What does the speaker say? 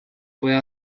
pueda